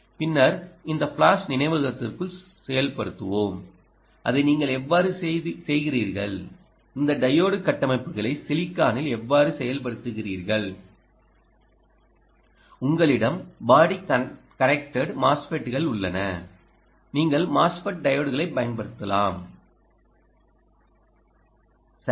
பின்னர் இந்த ஃபிளாஷ் நினைவகத்திற்குள் செயல்படுத்துவோம் அதை நீங்கள் எவ்வாறு செய்கிறீர்கள் இந்த டையோடு கட்டமைப்புகளை சிலிக்கானில் எவ்வாறு செயல்படுத்துகிறீர்கள் உங்களிடம் பாடி கனெக்டட் MOSFET கள் உள்ளன நீங்கள் MOSFET டையோட்களைப் பயன்படுத்தலாம் சரி